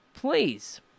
Please